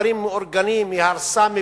היא עושה דברים מאורגנים,